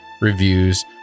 reviews